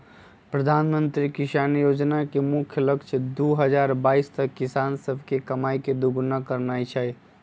प्रधानमंत्री किसान जोजना के मुख्य लक्ष्य दू हजार बाइस तक किसान सभके कमाइ के दुगुन्ना करनाइ हइ